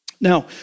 Now